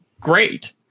great